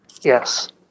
Yes